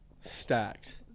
Stacked